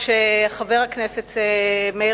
חברי הכנסת,